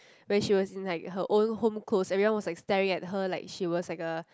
when she was in like her own home clothes everyone was staring at her like she was like a